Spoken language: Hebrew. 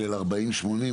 זה ה-40 / 80 נכון?